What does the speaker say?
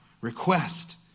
request